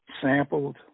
sampled